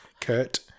Kurt